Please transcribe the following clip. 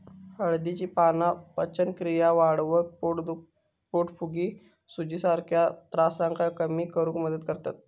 हळदीची पाना पचनक्रिया वाढवक, पोटफुगी, सुजीसारख्या त्रासांका कमी करुक मदत करतत